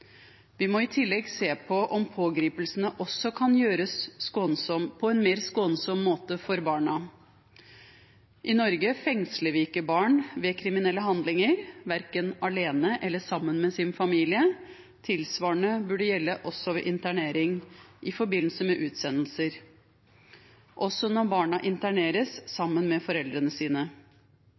Vi må i tillegg se på om pågripelsene også kan gjøres på en mer skånsom måte for barna. I Norge fengsler vi ikke barn ved kriminelle handlinger, verken alene eller sammen med sin familie. Tilsvarende burde gjelde ved internering i forbindelse med utsendelser, også når barna interneres sammen med foreldrene sine.